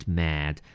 mad